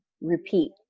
repeat